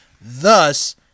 Thus